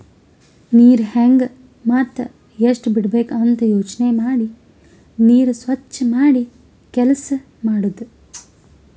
ನೀರ್ ಹೆಂಗ್ ಮತ್ತ್ ಎಷ್ಟ್ ಬಿಡಬೇಕ್ ಅಂತ ಯೋಚನೆ ಮಾಡಿ ನೀರ್ ಸ್ವಚ್ ಮಾಡಿ ಕೆಲಸ್ ಮಾಡದು